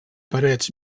parets